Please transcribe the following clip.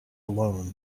alone